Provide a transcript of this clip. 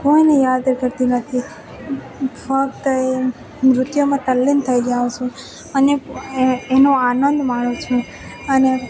કોઈને યાદ કરતી નથી ફક્ત એ નૃત્યમાં તલ્લીન થઈ જાઉં છું અને એનો આનંદ માણું છું અને